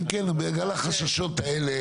כן בגלל החששות האלה.